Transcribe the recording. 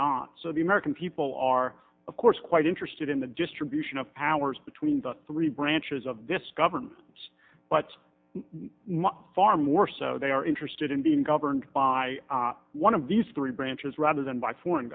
not so the american people are of course quite interested in the distribution of powers between the three branches of this government but far more so they are interested in being governed by one of these three branches rather than by foreign